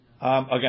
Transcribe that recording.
Again